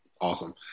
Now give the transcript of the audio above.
awesome